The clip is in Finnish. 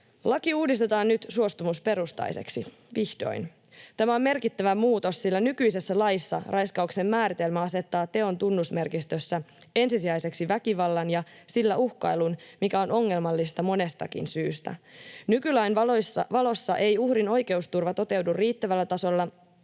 Laki uudistetaan nyt suostumusperustaiseksi — vihdoin. Tämä on merkittävä muutos, sillä nykyisessä laissa raiskauksen määritelmä asettaa teon tunnusmerkistössä ensisijaiseksi väkivallan ja sillä uhkailun, mikä on ongelmallista monestakin syystä. Nykylain valossa ei uhrin oikeusturva toteudu riittävällä tasolla,